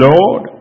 Lord